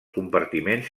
compartiments